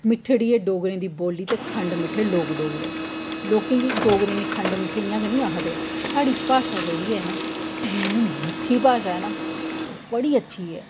मिट्ठड़ी ऐ डोगरें दी बोली ते खंड मिट्ठे लोग डोगरे लोक इ'नें डोगरें गी खंड मिट्ठे इ'यां गै नेईं आखदे साढ़ी भाशा जेह्ड़ी ऐ न इन्नी मिट्ठी भाशा ऐ न बड़ी अच्छी ऐ